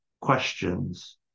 questions